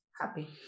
happy